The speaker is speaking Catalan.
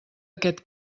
aquest